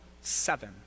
seven